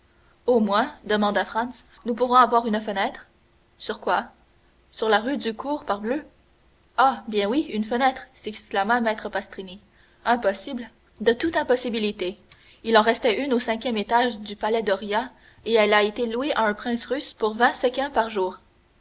au moins demanda franz nous pourrons avoir une fenêtre sur quoi sur la rue du cours parbleu ah bien oui une fenêtre s'exclama maître pastrini impossible de toute impossibilité il en restait une au cinquième étage du palais doria et elle a été louée à un prince russe pour vingt sequins par jour